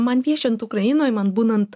man viešint ukrainoj man būnant